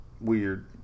weird